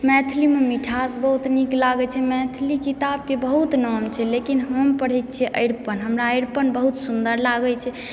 मैथिली मे मिठास बहुत नीक लागै छै छै मैथिली किताबके बहुत नाम छै लेकिन हम पढ़ै छियै अरिपन हमरा अरिपन बहुत सुन्दर लागै छै